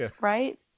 right